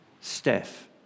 Steph